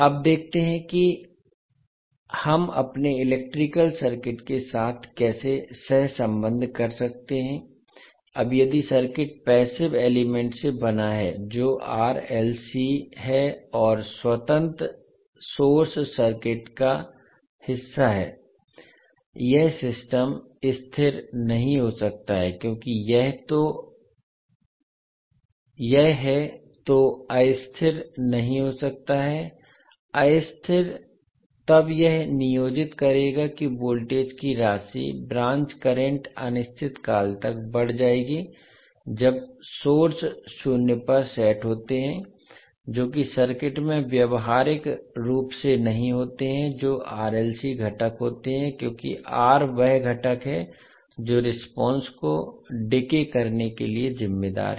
अब देखते हैं कि हम अपने इलेक्ट्रिकल सर्किट के साथ कैसे सह संबंध कर सकते हैं अब यदि सर्किट पैसिव एलिमेंट से बना है जो RLC है और स्वतंत्र सोर्स सर्किट का हिस्सा हैं यह सिस्टम स्थिर नहीं हो सकता है क्योंकि यह है तो अस्थिर नहीं हो सकता अस्थिर तब यह नियोजित करेगा कि वोल्टेज की राशि ब्रांच करंट अनिश्चित काल तक बढ़ जाएगी जब सोर्स शून्य पर सेट होते हैं जो कि सर्किट में व्यावहारिक रूप से नहीं होते हैं जो RLC घटक होते हैं क्योंकि R वह घटक है जो रेस्पोंस को डिके करने के लिए जिम्मेदार है